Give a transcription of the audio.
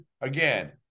again